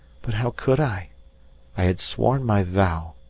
but how could i? i had sworn my vow,